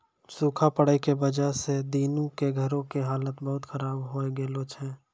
सूखा पड़ै के वजह स दीनू के घरो के हालत बहुत खराब होय गेलो छै